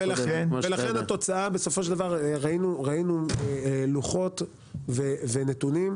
ראינו לוחות ונתונים,